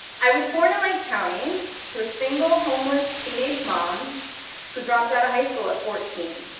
i was born in lake county to a single homeless teenage mom who dropped out of high school at fourteen.